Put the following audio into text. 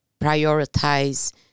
prioritize